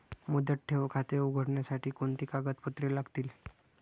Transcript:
मुदत ठेव खाते उघडण्यासाठी कोणती कागदपत्रे लागतील?